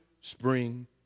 Spring